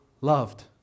loved